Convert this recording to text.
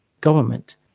government